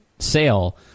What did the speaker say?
Sale